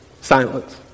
Silence